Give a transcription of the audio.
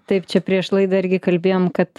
taip čia prieš laidą irgi kalbėjom kad